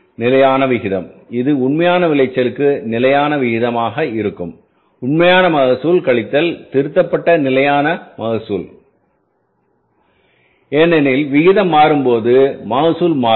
நிலையான விகிதம் இது உண்மையான விளைச்சலுக்கான நிலையான விகிதமாக இருக்கும் உண்மையான மகசூல் கழித்தல் திருத்தப்பட்ட நிலையான மகசூல் ஏனெனில் விகிதம் மாறும்போது மகசூல் மாறும்